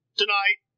tonight